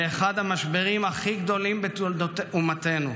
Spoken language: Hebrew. באחד המשברים הכי גדולים בתולדות אומתנו,